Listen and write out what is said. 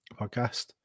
podcast